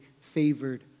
favored